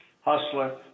hustler